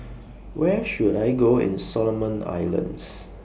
Where should I Go in Solomon Islands